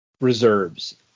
Reserves